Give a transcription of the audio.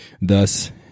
Thus